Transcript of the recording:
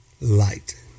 light